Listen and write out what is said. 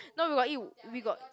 no we got eat we got